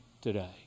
today